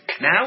Now